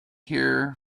here